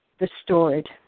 restored